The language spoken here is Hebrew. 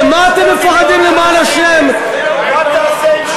ומה תעשה עם 2